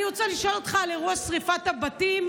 אני רוצה לשאול אותך על אירוע שרפת הבתים,